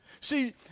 See